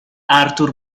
arthur